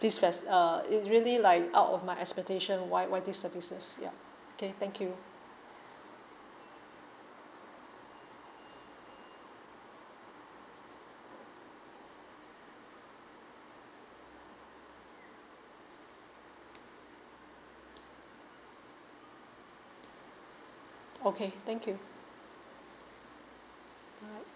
dissas~ uh it's really like out of my expectation why why this services ya okay thank you okay thank you bye